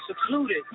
secluded